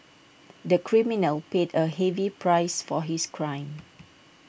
the criminal paid A heavy price for his crime